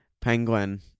penguin